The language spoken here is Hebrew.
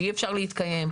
אי אפשר להתקיים.